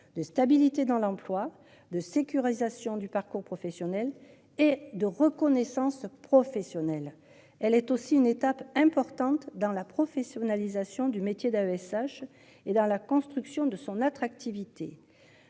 de stabilité dans l'emploi de sécurisation du parcours professionnel et de reconnaissance professionnelle, elle est aussi une étape importante dans la professionnalisation du métier d'AESH et dans la construction de son attractivité.